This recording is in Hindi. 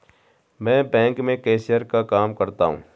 मैं बैंक में कैशियर का काम करता हूं